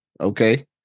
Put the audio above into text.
okay